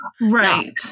Right